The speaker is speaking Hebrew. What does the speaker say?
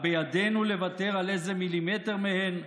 הבידינו לוותר על איזה מילימטר מהם?